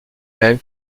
même